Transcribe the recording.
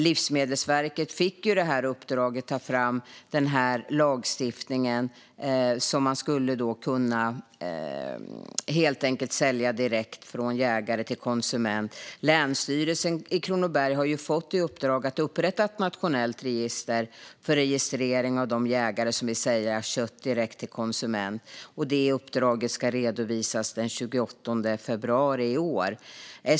Livsmedelsverket fick ju i uppdrag att ta fram lagstiftning för att man skulle kunna sälja direkt från jägare till konsument. Länsstyrelsen i Kronoberg har fått i uppdrag att upprätta ett nationellt register över de jägare som vill säga kött direkt till konsument, och det uppdraget ska redovisas den 28 februari i år.